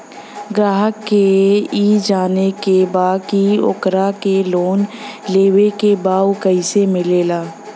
ग्राहक के ई जाने के बा की ओकरा के लोन लेवे के बा ऊ कैसे मिलेला?